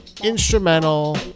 instrumental